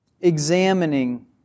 examining